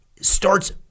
starts